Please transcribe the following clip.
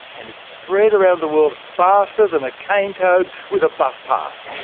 and it spread around the world faster than a cane toad with a bus pass.